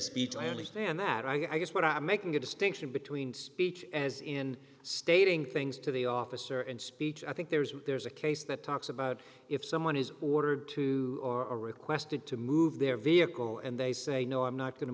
speech i understand that i guess what i'm making a distinction between speech as in stating things to the officer in speech i think there's there's a case that talks about if someone is ordered to or a requested to move their vehicle and they say no i'm not going to